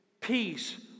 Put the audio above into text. peace